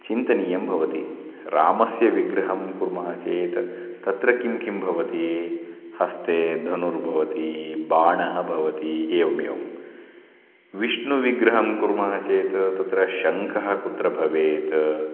चिन्तनीयं भवति रामस्य विग्रहं कुर्मः चेत् तत्र किं किं भवति हस्ते धनुर्भवति बाणः भवति एवमेवं विष्णुविग्रहं कुर्मः चेत् तत्र शङ्खः कुत्र भवेत्